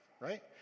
Right